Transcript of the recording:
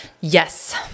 Yes